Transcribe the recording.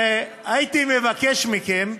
הייתי מבקש מכם,